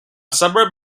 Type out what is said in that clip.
suburb